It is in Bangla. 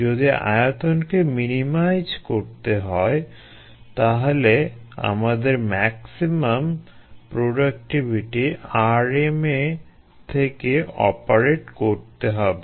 যদি আয়তনকে মিনিমাইজ করতে হয় তাহলে আমাদের ম্যাক্সিমাম প্রোডাক্টিভিটি Rm এ থেকে অপারেট করতে হবে